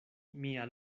mia